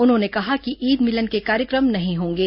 उन्होंने कहा कि ईद मिलन के कार्यक्रम नहीं होंगे